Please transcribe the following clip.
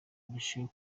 arusheho